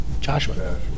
Joshua